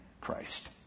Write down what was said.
Christ